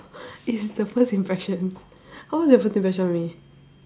it's the first impression what was your first impression of me